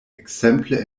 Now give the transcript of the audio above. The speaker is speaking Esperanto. ekzemple